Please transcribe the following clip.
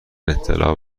اطلاع